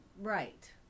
right